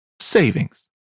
savings